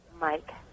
Mike